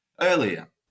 earlier